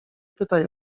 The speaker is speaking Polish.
pytaj